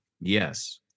Yes